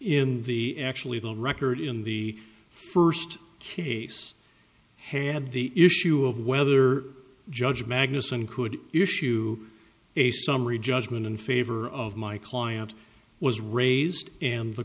in the actually the record in the first case had the issue of whether judge magnussen could issue a summary judgment in favor of my client was raised and the